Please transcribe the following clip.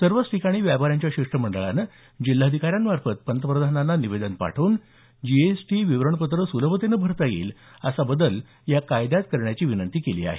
सर्वच ठिकाणी व्यापाऱ्यांच्या शिष्टमंडळानं जिल्हाधिकाऱ्यांमार्फत पंतप्रधानांना निवेदन पाठवून व्यापाऱ्यांना जीएसटी विवरणपत्र सुलभतेने भरता येईल असा बदल कायद्यात करण्याची विनंती केली आहे